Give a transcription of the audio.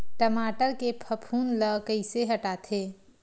टमाटर के फफूंद ल कइसे हटाथे?